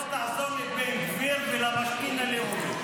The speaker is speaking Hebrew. עכשיו תחזור לבן גביר ולמשכין הלאומי.